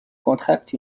contracte